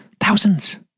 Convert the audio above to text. thousands